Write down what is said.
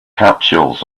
capsules